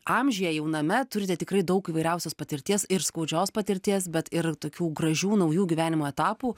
amžiuje jauname turite tikrai daug įvairiausios patirties ir skaudžios patirties bet ir tokių gražių naujų gyvenimo etapų